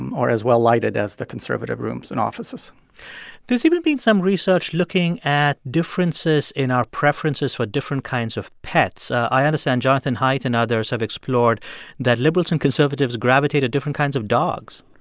or as well-lighted as the conservative rooms and offices there's even been some research looking at differences in our preferences for different kinds of pets. i understand jonathan haidt and others have explored that liberals and conservatives gravitate to different kinds of dogs